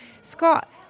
Scott